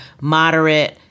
moderate—